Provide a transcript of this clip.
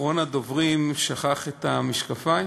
אחרון הדוברים שכח את המשקפיים?